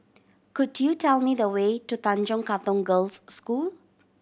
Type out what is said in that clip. could you tell me the way to Tanjong Katong Girls' School